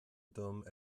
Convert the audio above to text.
dom